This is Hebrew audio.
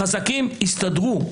החזקים יסתדרו.